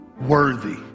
worthy